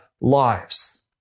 lives